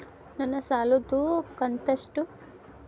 ನನ್ನ ಸಾಲದು ಕಂತ್ಯಷ್ಟು?